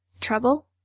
Trouble